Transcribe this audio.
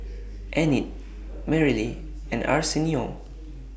Enid Merrily and Arsenio